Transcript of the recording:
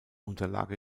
unterlag